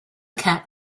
cat